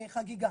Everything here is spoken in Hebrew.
חגיגה,